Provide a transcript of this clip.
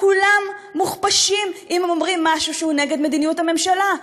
כולם מוכפשים אם הם אומרים משהו שהוא נגד מדיניות הממשלה.